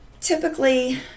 Typically